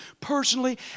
personally